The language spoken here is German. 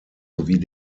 sowie